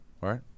right